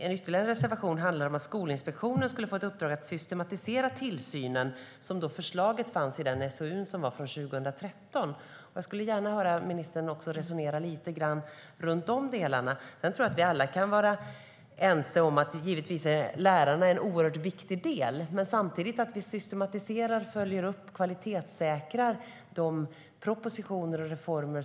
En ytterligare reservation handlar om att Skolinspektionen skulle få ett uppdrag att systematisera tillsynen, som var förslaget i SOU:n från 2013. Jag skulle gärna höra ministern resonera lite grann om de delarna. Jag tror att vi alla kan vara ense om att lärarna givetvis är en oerhört viktig del. Men vi ska samtidigt systematisera, följa upp och kvalitetssäkra propositioner och reformer.